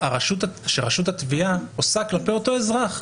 ההקלה שרשות התביעה עושה כלפי אותו אזרח.